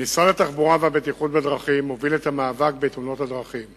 משרד התחבורה והבטיחות בדרכים מוביל את המאבק בתאונות הדרכים.